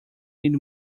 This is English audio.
need